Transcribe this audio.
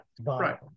right